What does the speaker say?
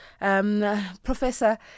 Professor